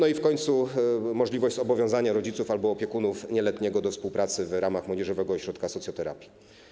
I w końcu jest też możliwość zobowiązania rodziców albo opiekunów nieletniego do współpracy w ramach młodzieżowego ośrodka socjoterapii.